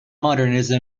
modernism